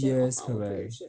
yes correct